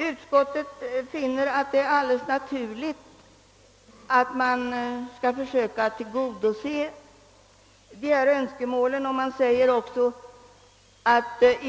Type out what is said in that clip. Utskottet finner det alldeles naturligt att försöka tillgodose dessa önskemål och framhåller även, att om